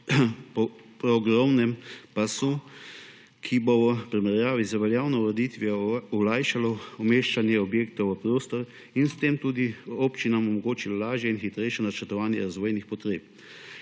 progovnem pasu, ki bo v primerjavi z veljavno ureditvijo olajšalo umeščanje objektov v prostor in s tem tudi občinam omogočilo lažje in hitrejše načrtovanje razvojnih potreb